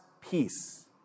peace